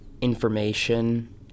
information